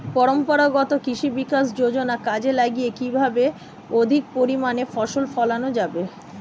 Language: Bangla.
পরম্পরাগত কৃষি বিকাশ যোজনা কাজে লাগিয়ে কিভাবে অধিক পরিমাণে ফসল ফলানো যাবে?